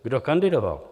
Kdo kandidoval?